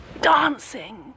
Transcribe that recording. dancing